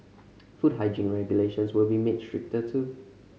food hygiene regulations will be made stricter too